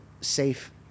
safe